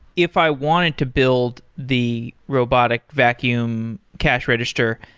if i wanted to build the robotic vacuum cash register,